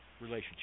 relationship